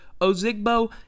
Ozigbo